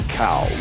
cow